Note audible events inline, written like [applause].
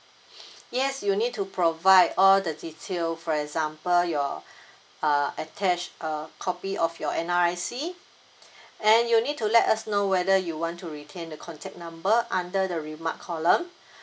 [breath] yes you need to provide all the detail for example your [breath] uh attached a copy of your N_R_I_C [breath] and you need to let us know whether you want to retain the contact number under the remark column